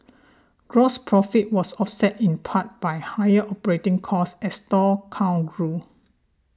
gross profit was offset in part by higher operating costs as store count grew